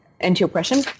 anti-oppression